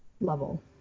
level